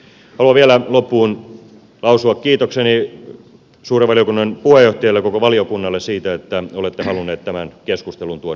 haluan vielä loppuun lausua kiitokseni suuren valiokunnan puheenjohtajalle ja koko valiokunnalle siitä että olette halunneet tämä keskustelun tuoda suureen saliin